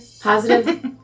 Positive